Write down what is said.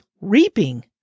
reaping